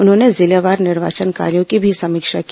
उन्होंने जिलेवार निर्वाचन कार्यो की भी समीक्षा की